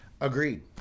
Agreed